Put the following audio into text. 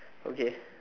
okay